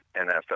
NFL